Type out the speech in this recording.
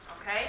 Okay